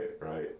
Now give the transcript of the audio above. right